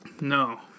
No